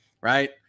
right